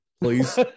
Please